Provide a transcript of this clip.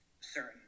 certain